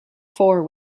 four